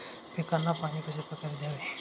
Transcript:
पिकांना पाणी कशाप्रकारे द्यावे?